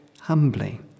humbly